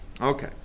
Okay